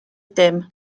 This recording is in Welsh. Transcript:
dim